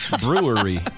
Brewery